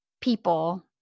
people